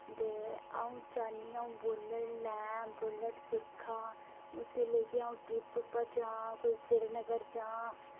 ते अ'ऊं चाह्न्नी अ'ऊं बुल्लट लैं बुल्लट सिक्खां उसी लेइयै अ'ऊं ट्रिप उप्पर जां कुतै सिरनगर जां